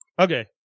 Okay